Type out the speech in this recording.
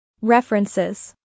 References